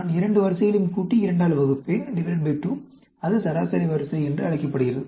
நான் இரண்டு வரிசைகளையும் கூட்டி 2 ஆல் வகுப்பேன் ÷ 2 அது சராசரி வரிசை என்று அழைக்கப்படுகிறது